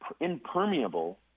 impermeable